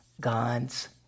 god's